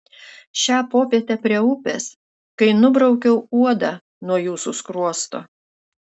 šią popietę prie upės kai nubraukiau uodą nuo jūsų skruosto